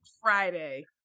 Friday